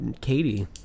Katie